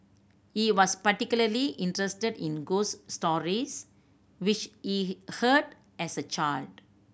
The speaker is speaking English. he was particularly interested in ghost stories which he heard as a child